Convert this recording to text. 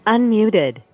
Unmuted